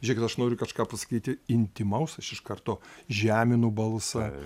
žiūrėkit aš noriu kažką pasakyti intymaus aš iš karto žeminu balsą